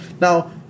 Now